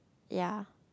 ya